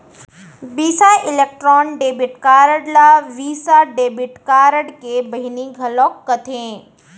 बिसा electron debit card ल Visa debit card के बहिनी घलौक कथें